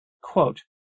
Quote